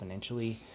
exponentially